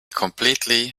completely